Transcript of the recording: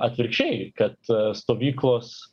atvirkščiai kad stovyklos